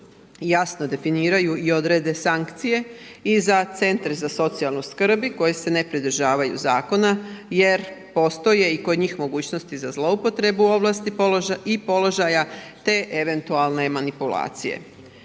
jasno definiraju i odrede sankcije i za centre za socijalnu skrb koji se ne pridržavaju zakona jer postoje i kod njih mogućnosti za zloupotrebu ovlasti i položaja te eventualne manipulacije.